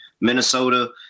minnesota